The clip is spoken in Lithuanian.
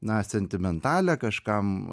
na sentimentalią kažkam